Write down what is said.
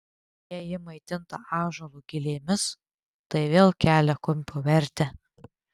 jei ji maitinta ąžuolo gilėmis tai vėl kelia kumpio vertę